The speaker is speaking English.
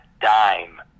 dime